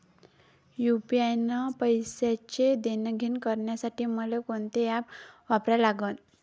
UPI न पैशाचं देणंघेणं करासाठी मले कोनते ॲप वापरा लागन?